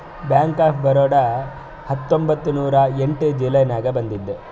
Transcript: bank of Baroda ಹತ್ತೊಂಬತ್ತ್ ನೂರಾ ಎಂಟ ಜುಲೈ ನಾಗ್ ಬಂದುದ್